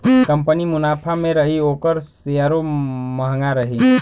company मुनाफा मे रही ओकर सेअरो म्हंगा रही